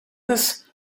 this